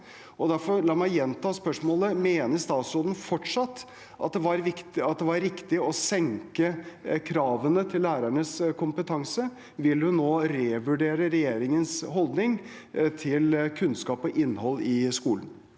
Mener statsråden fortsatt at det var riktig å senke kravene til lærernes kompetanse? Vil hun nå revurdere regjeringens holdning til kunnskap og innhold i skolen?